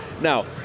now